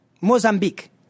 Mozambique